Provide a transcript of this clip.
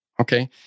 Okay